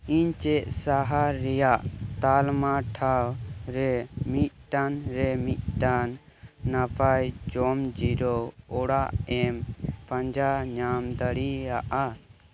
ᱤᱧ ᱪᱮᱫ ᱥᱟᱦᱟᱨ ᱨᱮᱭᱟᱜ ᱛᱟᱞᱢᱟ ᱴᱷᱟᱶ ᱨᱮ ᱢᱤᱫᱴᱟᱝ ᱨᱮ ᱢᱤᱫᱴᱟᱝ ᱱᱟᱯᱟᱭ ᱡᱚᱢ ᱡᱤᱨᱟ ᱹᱣ ᱚᱲᱟᱜ ᱮᱢ ᱯᱟᱸᱡᱟ ᱧᱟᱢ ᱫᱟᱲᱮᱭᱟᱜᱼᱟ